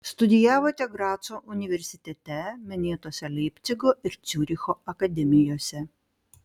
studijavote graco universitete minėtose leipcigo ir ciuricho akademijose